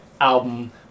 album